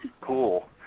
cool